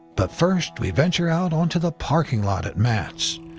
but first, we venture out onto the parking lot at mats.